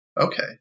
Okay